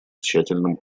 тщательным